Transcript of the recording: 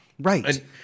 Right